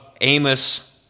Amos